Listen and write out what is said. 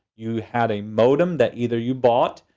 you had a modem that either you bought,